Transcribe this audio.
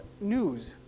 news